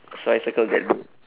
so I circle that bed